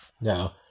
Now